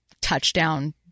touchdown